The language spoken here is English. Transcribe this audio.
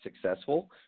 successful